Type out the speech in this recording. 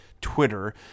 Twitter